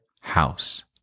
house